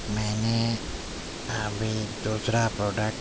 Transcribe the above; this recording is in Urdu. میں نے ابھی دوسرا پروڈکٹ